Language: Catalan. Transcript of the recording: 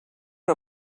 que